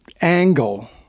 Angle